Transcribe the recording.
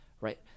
Right